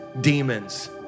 demons